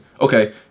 Okay